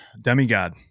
demigod